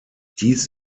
dies